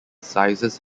sizes